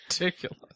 ridiculous